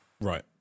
Right